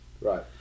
right